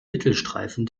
mittelstreifen